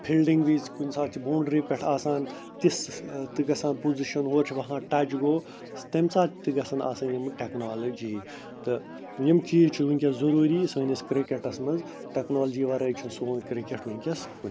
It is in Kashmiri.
فِلڈِنٛگ وِزِ کُنہِ ساتہٕ چھِ بونڈری پٮ۪ٹھ آسان تِژھ تہِ گژھان پُزِشَن ہوٚرٕ چھِ باسان ٹَچ گوٚو تٔمۍ ساتہٕ تہِ گژھَن آسٕنۍ یِمہٕ ٹیکنالجی تہٕ یِم چیٖز چھِ ؤنکیٚس ضُروٗری سٲنِس کِرکَٹَس منٛز ٹیکنالجی وَرٲے چھِنہٕ سون کِرکَٹ ؤنکیٚس